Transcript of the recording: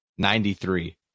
93